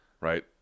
right